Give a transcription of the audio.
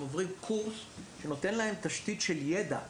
הם עוברים קורס שנותן להם תשתית של ידע: